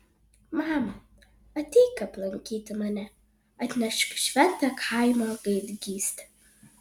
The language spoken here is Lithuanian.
mama ateik aplankyti mane atnešk šventą kaimo gaidgystę